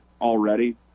already